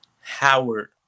Howard